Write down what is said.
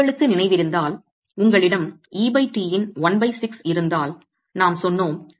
உங்களுக்கு நினைவிருந்தால் உங்களிடம் et இன் 16 இருந்தால் நாம் சொன்னோம்